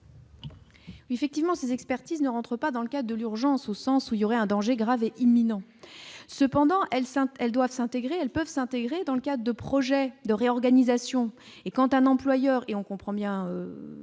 Effectivement, ces expertises ne rentre pas dans le cas de l'urgence, au sens où il y aurait un danger grave et imminent, ont cependant elle sainte, elles doivent s'intégrer, elles peuvent s'intégrer dans le cas de projets de réorganisation et quand un employeur et on comprend bien,